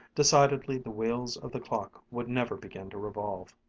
decidedly the wheels of the clock would never begin to revolve.